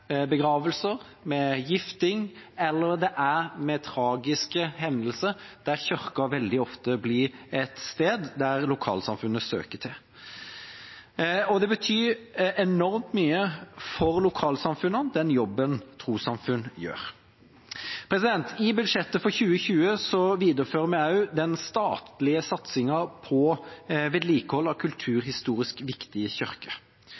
begravelser, ved giftermål eller ved tragiske hendelser der kirka veldig ofte blir et sted lokalsamfunnet søker til. Det betyr enormt mye for lokalsamfunnene, den jobben trossamfunn gjør. I budsjettet for 2020 viderefører vi også den statlige satsingen på vedlikehold av